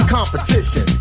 Competition